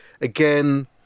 again